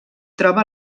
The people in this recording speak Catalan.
troba